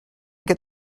get